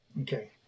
Okay